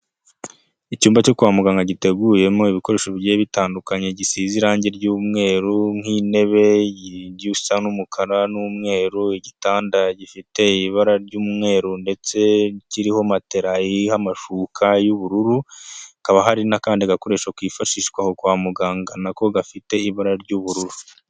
Icyumba cyo kwa muganga giteguyemo ibikoresho bigiye bitandukanye, gisize irangi ry'umweru, n'intebe igiye isa n'umukara n'umweru, igitanda gifite ibara ry'umweru, ndetse n'igitanda kiriho matela iriho amashuka y'ubururu, hakaba hari n'akandi gakoresho kifashishwa kwa muganga nako gafite ibara ry'ubururu.